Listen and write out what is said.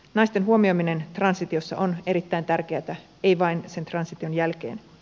naisten huomioiminen transitiossa on erittäin tärkeätä ei vain sen transition jälkeen